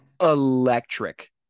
Electric